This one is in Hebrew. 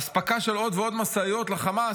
אספקה של עוד ועוד משאיות לחמאס,